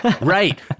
Right